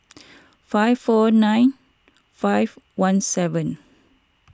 five four nine five one seven